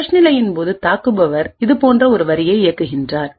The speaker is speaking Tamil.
ஃப்ளஷ் நிலையின்போது தாக்குபவர் இது போன்ற ஒரு வரியை இயக்குகிறார்